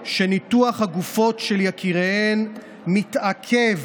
שניתוח הגופות של יקיריהן התעכב